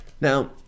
Now